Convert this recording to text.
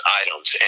items